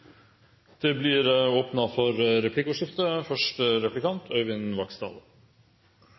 Det blir åpnet for replikkordskifte.